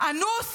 אנוס